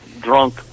drunk